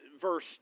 verse